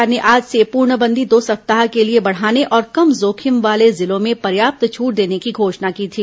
केन्द्र सरकार ने आज से पूर्णबंदी दो सप्ताह के लिए बढ़ाने और कम जोखिम वाले जिलों में पर्याप्त छूट देने की घोषणा की थी